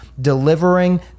Delivering